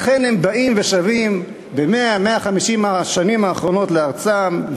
ואכן הם באים ושבים ב-100 150 השנים האחרונות לארצם.